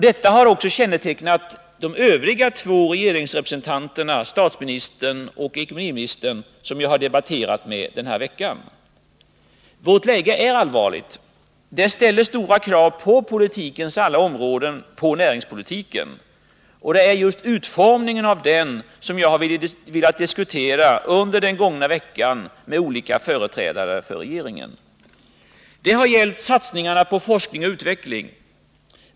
Detta har också kännetecknat de övriga två regeringsrepresentanterna — statsministern och ekonomiministern — som jag har debatterat med den här veckan. Vårt läge är allvarligt. Det ställer stora krav på politikens alla områden, på näringspolitiken. Det är just utformningen av den som jag har velat disk.tera under den gångna veckan med olika företrädare för regeringen. Det har gällt satsningarna på forskning och utveckling.